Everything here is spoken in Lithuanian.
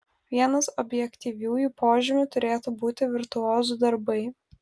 vienas objektyviųjų požymių turėtų būti virtuozų darbai